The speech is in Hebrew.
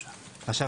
עכשיו,